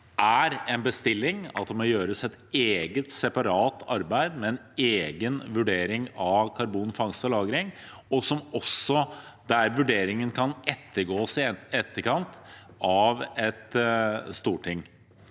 er en bestilling, og at det må gjøres et eget, separat arbeid med en egen vurdering av karbonfangst og -lagring, der vurderingen også kan ettergås i etterkant av et storting.